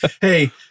hey